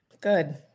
Good